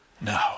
No